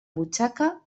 butxaca